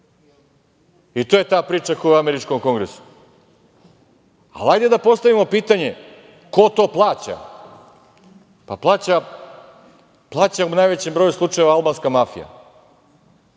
I to je ta priča koja je u američkom kongresu. Ali hajde da postavimo pitanje ko to plaća. Plaća, u najvećem broju slučajeva, albanska mafija.